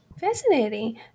Fascinating